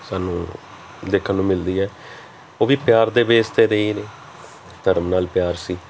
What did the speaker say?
ਸਾਨੂੰ ਦੇਖਣ ਨੂੰ ਮਿਲਦੀ ਹੈ ਉਹ ਵੀ ਪਿਆਰ ਦੇ ਬੇਸ 'ਤੇ ਰਹੀ ਨਹੀਂ ਧਰਮ ਨਾਲ ਪਿਆਰ ਸੀ